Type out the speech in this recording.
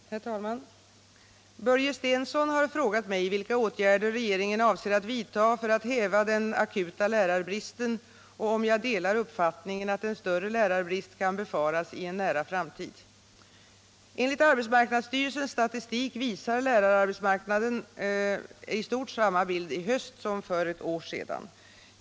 Herr talman! Börje Stensson har frågat mig vilka åtgärder regeringen avser att vidta för att häva den akuta lärarbristen och om jag delar uppfattningen att en större lärarbrist kan befaras i en nära framtid. Enligt arbetsmarknadsstyrelsens statistik visar lärararbetsmarknaden i stort samma bild i höst som för ett år sedan.